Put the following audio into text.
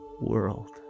world